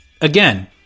again